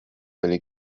oli